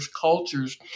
cultures